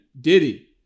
Diddy